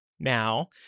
Now